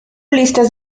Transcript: listas